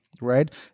right